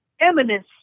eminence